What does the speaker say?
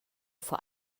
vor